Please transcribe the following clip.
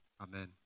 Amen